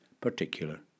particular